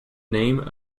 name